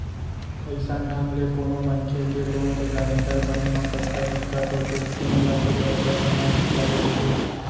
अइसन ढंग ले कोनो मनखे के लोन के गारेंटर बने म कतका दिक्कत होथे तेन ल तो बरोबर समझ ही डारे होहूँ